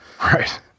Right